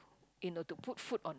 you know to put food on